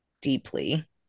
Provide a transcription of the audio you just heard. deeply